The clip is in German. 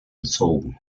gezogen